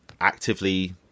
actively